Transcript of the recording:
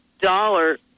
dollar